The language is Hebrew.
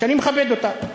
שאני מכבד אותה,